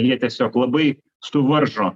jie tiesiog labai suvaržo